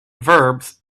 verbs